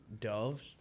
doves